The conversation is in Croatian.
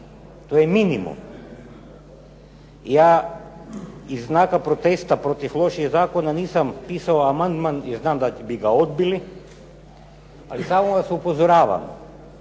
To je minimum. Ja iz znaka protesta protiv loših zakona nisam pisao amandman jer znam da bi ga odbili, ali samo vas upozoravam